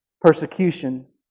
persecution